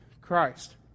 Christ